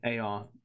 AR